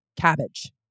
cabbage